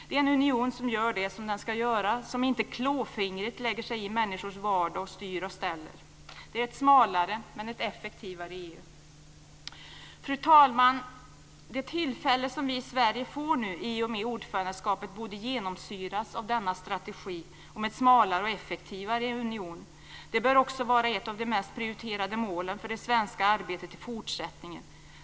Det är en union som gör det som den ska göra, som inte klåfingrigt lägger sig i människors vardag och styr och ställer. Det är ett smalare men effektivare EU. Fru talman! Det tillfälle som vi i Sverige får nu i och med ordförandeskapet borde genomsyras av denna strategi om en smalare och effektivare union. Det bör också vara ett av de mest prioriterade målen för det svenska arbetet i fortsättningen.